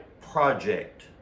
project